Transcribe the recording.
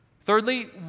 Thirdly